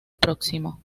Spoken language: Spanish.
próximo